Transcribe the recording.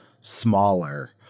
smaller